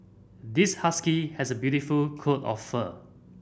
this husky has a beautiful coat of fur